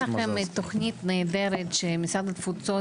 הייתה לכם תוכנית נהדרת שמשרד התפוצות